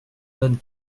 donne